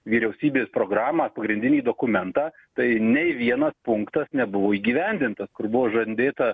vyriausybės programą pagrindinį dokumentą tai nei vienas punktas nebuvo įgyvendintas kur buvo žandėta